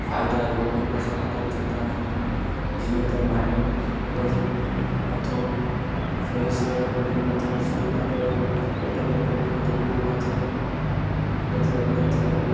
फ़ाइदा योग करण सां इलाही थींदा आहिनि जीअं त माइंड मॻज़ मथो फ्रेश रहे कॾहिं बि मथे में सूरु न पये पेट में पेट जी तकलीफ़ूं न थियनि कॿ्ॼयात न थिए